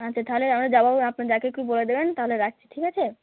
আচ্ছা তাহলে আমরা যাবো বা আপনার জা কে একটু বলে দেবেন তাহলে রাখছি ঠিক আছে